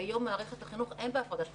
היום מערכת החינוך, אין בה הפרדת רשויות.